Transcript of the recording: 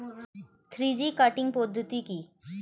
Three G cutting পদ্ধতি কি?